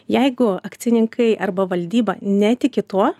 jeigu akcininkai arba valdyba netiki tuo